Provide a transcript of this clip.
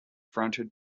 fronted